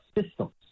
systems